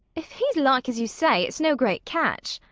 if he's like as you say, it's no great catch.